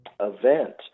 event